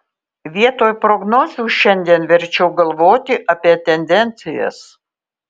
vietoj prognozių šiandien verčiau galvoti apie tendencijas